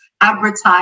Advertise